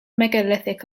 megalithic